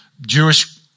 Jewish